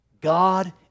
God